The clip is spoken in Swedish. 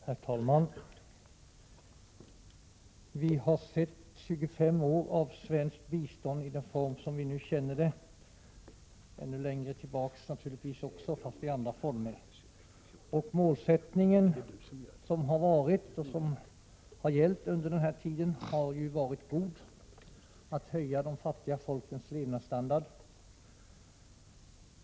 Herr talman! Vi har sett 25 år av svenskt bistånd, i den form som vi nu känner det. Svenskt bistånd fanns naturligtvis också längre tillbaka, men i andra former. Den målsättning som har gällt under den här tiden, att höja de fattiga folkens levnadsstandard, har varit god.